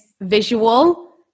visual